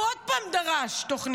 הוא עוד פעם דרש תוכניות.